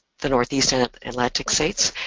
the northeastern atlantic states,